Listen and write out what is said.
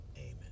Amen